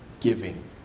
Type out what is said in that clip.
Giving